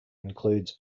includes